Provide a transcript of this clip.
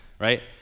right